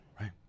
Right